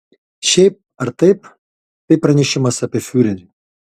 šiaip ar taip tai pranešimas apie fiurerį